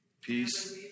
peace